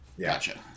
Gotcha